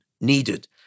needed